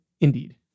Indeed